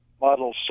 model